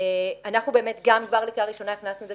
אנחנו כבר בקריאה הראשונה הכנסנו את זה